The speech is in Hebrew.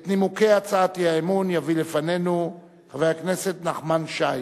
את נימוקי הצעת האי-אמון יביא לפנינו חבר הכנסת נחמן שי.